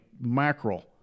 mackerel